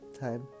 time